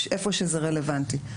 איפה שזה רלוונטי.